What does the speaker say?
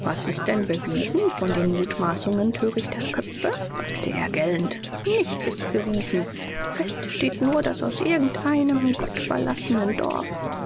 was ist denn bewiesen von den mutmaßungen törichter köpfe fragte er gellend nichts ist bewiesen fest steht nur daß aus irgendeinem gottverlassenen dorf